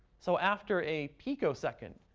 so after a picosecond,